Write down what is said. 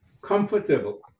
comfortable